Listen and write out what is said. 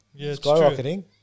skyrocketing